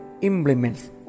implements